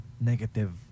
negative